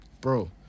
bro